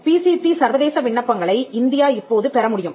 PCT சர்வதேச விண்ணப்பங்களை India இப்போது பெற முடியும்